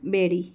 ॿेड़ी